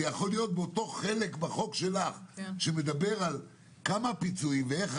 זה יכול להיות אותו חלק בחוק שלך שמדבר על כמה פיצויים ואיך.